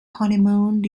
honeymooned